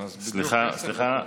סליחה.